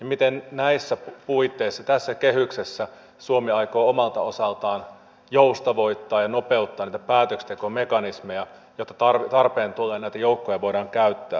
miten näissä puitteissa tässä kehyksessä suomi aikoo omalta osaltaan joustavoittaa ja nopeuttaa päätöksentekomekanismeja jotta tarpeen tullen näitä joukkoja voidaan käyttää